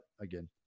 again